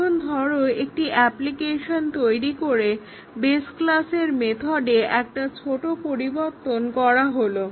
এখন ধরো একটি এ্যপ্লিকেশন তৈরী করে বেস ক্লাসের মেথডে একটা ছোট পরিবর্তন করা হোলো